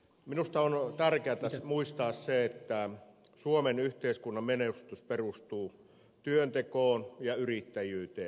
minusta on tärkeätä muistaa se että suomen yhteiskunnan menestys perustuu työntekoon ja yrittäjyyteen